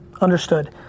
Understood